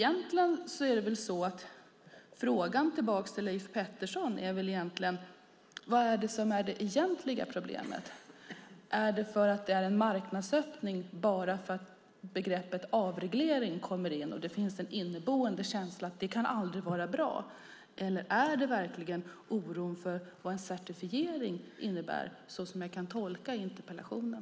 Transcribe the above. Fru talman! Frågan tillbaka till Leif Pettersson är: Vad är det som är det egentliga problemet? Är det att det är en marknadsöppning, bara för att begreppet avreglering kommer in och det finns en inneboende känsla att det aldrig kan vara bra? Eller är det verkligen oron för vad en certifiering innebär, såsom jag kan tolka interpellationen?